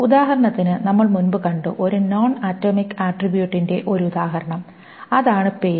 ഉദാഹരണത്തിന് നമ്മൾ മുൻപ് കണ്ടു ഒരു നോൺ ആറ്റോമിക് ആട്രിബ്യൂട്ടിന്റെ ഒരു ഉദാഹരണം അതാണ് പേര്